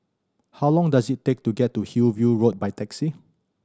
how long does it take to get to Hillview Road by taxi